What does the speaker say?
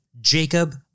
Jacob